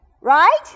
Right